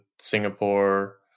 Singapore